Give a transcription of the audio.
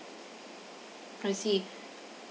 I see